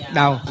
đau